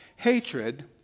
Hatred